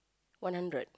one hundred